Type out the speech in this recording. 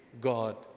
God